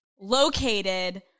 Located